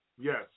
yes